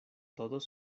todos